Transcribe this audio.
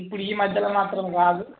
ఇప్పుడు ఈ మధ్యలో మాత్రం రాదు